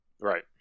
Right